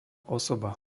osoba